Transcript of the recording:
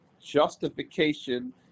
justification